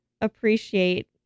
appreciate